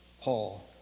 Paul